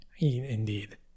indeed